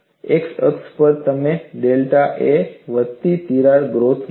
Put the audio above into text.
X અક્ષ પર તમે ડેલ્ટા a વધતી તિરાડ ગ્રોથ મૂકો